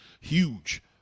Huge